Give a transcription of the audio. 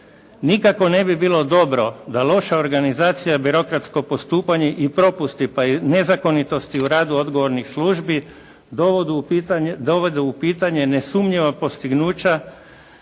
Nikako ne bi bilo dobro da loša organizacija birokratsko postupanje i propusti, pa i nezakonitosti u radu odgovornih službi dovode u pitanje nesumnjiva postignuća